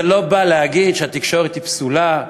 זה לא בא להגיד שהתקשורת פסולה,